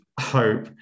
hope